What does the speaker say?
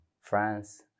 France